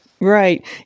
right